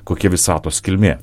kokia visatos kilmė